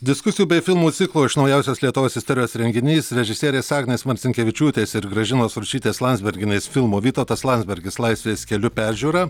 diskusijų bei filmų ciklo iš naujausios lietuvos istorijos renginys režisierės agnės marcinkevičiūtės ir gražinos ručytės landsbergienės filmo vytautas landsbergis laisvės keliu peržiūra